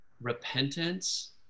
repentance